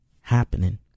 happening